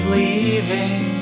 leaving